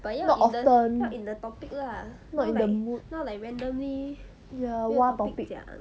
not often not in the mood ya 挖 topic 讲